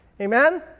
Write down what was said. Amen